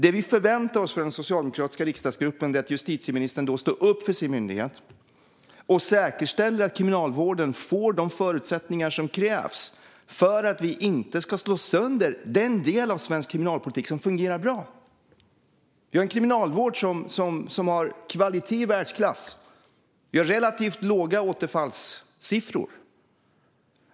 Det vi förväntar oss från den socialdemokratiska riksdagsgruppens sida är att justitieministern står upp för sin myndighet och säkerställer att Kriminalvården får de förutsättningar som krävs för att vi inte ska slå sönder den del av svensk kriminalpolitik som fungerar bra. Kriminalvården har kvaliteter i världsklass. Det är relativt låga återfallssiffror.